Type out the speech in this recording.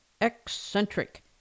Eccentric